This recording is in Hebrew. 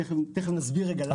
ותיכף נסביר למה.